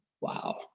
wow